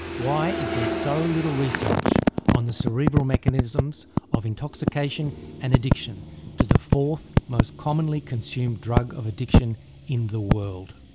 why is there so little research on the cerebral mechanisms of intoxication and addiction to the fourth most commonly consumed drug of addiction in the world?